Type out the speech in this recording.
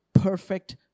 perfect